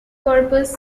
purpose